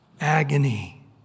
Agony